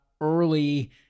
early